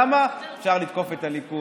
למה, אפשר לתקוף את הליכוד.